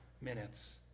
minutes